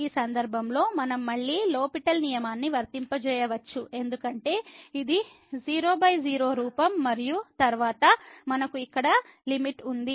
ఈ సందర్భంలో మనం మళ్ళీ లో పిటెల్ L'Hospital నియమాన్ని వర్తింపజేయవచ్చు ఎందుకంటే ఇది 00 రూపం మరియు తరువాత మనకు ఇక్కడ లిమిట్ ఉంది